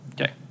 Okay